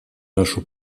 нашу